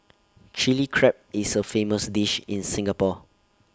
Chilli Crab is A famous dish in Singapore